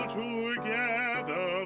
together